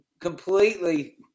completely